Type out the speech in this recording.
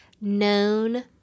known